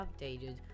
updated